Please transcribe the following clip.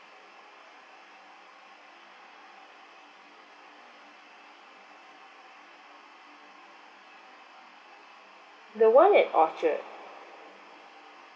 the one at orchard